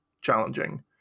challenging